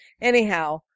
Anyhow